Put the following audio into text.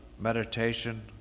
meditation